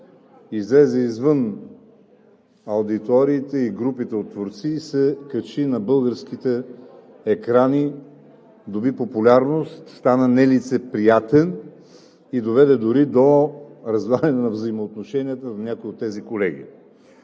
излезе извън аудиториите и групите от творци и се качи на българските екрани, доби популярност, стана нелицеприятен и доведе дори до разваляне на взаимоотношенията на някои от тези колеги.